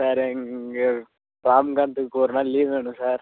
sir இங்கே ராம்காந்துக்கு ஒரு நாள் லீவ் வேணும் சார்